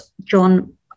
John